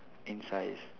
in size